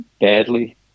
badly